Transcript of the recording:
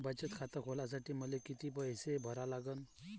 बचत खात खोलासाठी मले किती पैसे भरा लागन?